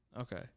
okay